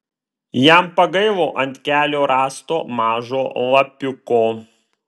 jam pagailo ant kelio rasto mažo lapiuko